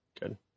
Good